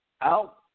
out